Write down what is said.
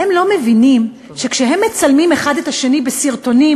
והם לא מבינים שכשהם מצלמים האחד את השני בסרטונים